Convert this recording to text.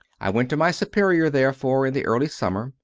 i went to my superior, therefore, in the early summer,